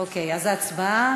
אוקיי, אז ההצבעה,